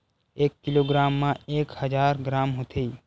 एक किलोग्राम मा एक हजार ग्राम होथे